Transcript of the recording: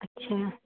अच्छा